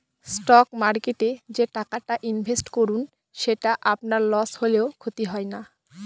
stock মার্কেটে যে টাকাটা ইনভেস্ট করুন সেটা আপনার লস হলেও ক্ষতি হয় না